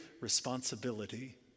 responsibility